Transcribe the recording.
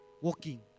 Walking